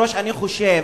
לשיטתך,